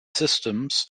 systems